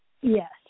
Yes